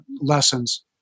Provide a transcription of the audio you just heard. lessons